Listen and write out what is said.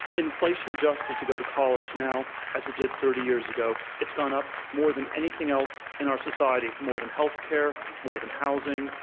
inflation adjusted to go to college now as it did thirty years ago, it's gone up more than anything else in our society, more than health care, more than housing,